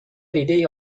ایدهای